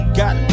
got